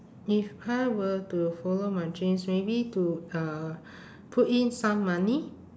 if I were to follow my dreams maybe to uh put in some money